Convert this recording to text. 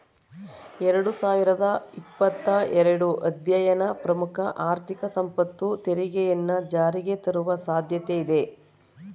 ಎರಡು ಸಾವಿರದ ಇಪ್ಪತ್ತ ಎರಡು ಅಧ್ಯಯನ ಪ್ರಮುಖ ಆರ್ಥಿಕ ಸಂಪತ್ತು ತೆರಿಗೆಯನ್ನ ಜಾರಿಗೆತರುವ ಸಾಧ್ಯತೆ ಇದೆ